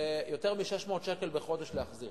זה יותר מ-600 שקל בחודש להחזיר.